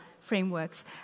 frameworks